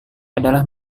adalah